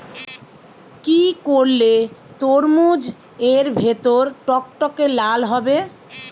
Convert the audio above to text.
কি করলে তরমুজ এর ভেতর টকটকে লাল হবে?